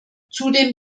zudem